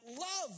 love